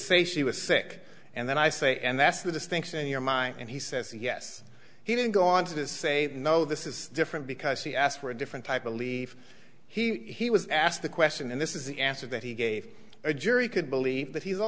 say she was sick and then i say and that's the distinction in your mind and he says yes he didn't go on to say no this is different because he asked for a different type of leaf he was asked the question and this is the answer that he gave a jury could believe that he's a